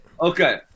Okay